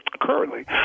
currently